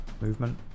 movement